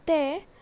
ते